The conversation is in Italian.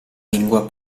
lingua